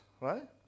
right